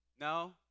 No